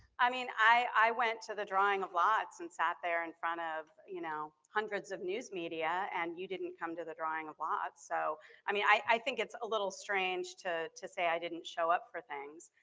i mean i went to the drawing of lots and sat there in front of you know hundreds of news media and you didn't come to the drawing of lots. so i mean i think it's a little strange to to say i didn't show up for things.